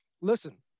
listen